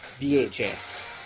VHS